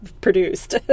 produced